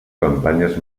campanyes